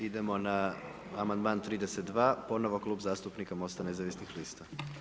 Idemo na amandman 32, ponovno Klub zastupnika MOST-a nezavisnih lista.